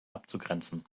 abzugrenzen